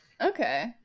Okay